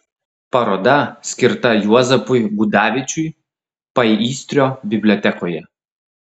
paroda skirta juozapui gudavičiui paįstrio bibliotekoje